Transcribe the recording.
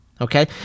Okay